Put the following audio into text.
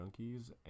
Junkies